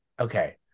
Okay